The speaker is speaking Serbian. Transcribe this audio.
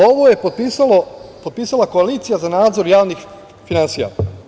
Ovo je potpisala Koalicija za nadzor javnih finansija.